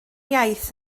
iaith